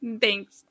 Thanks